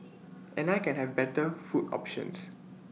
and I can have better food options